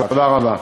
תודה רבה.